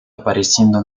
apareciendo